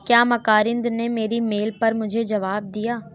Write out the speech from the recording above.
کیا مکارند نے میری میل پر مجھے جواب دیا